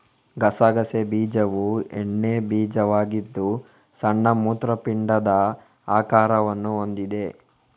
ಗಸಗಸೆ ಬೀಜವು ಎಣ್ಣೆ ಬೀಜವಾಗಿದ್ದು ಸಣ್ಣ ಮೂತ್ರಪಿಂಡದ ಆಕಾರವನ್ನು ಹೊಂದಿದೆ